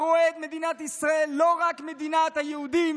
הרואה את מדינת ישראל לא רק כמדינת היהודים